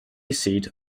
seat